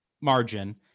margin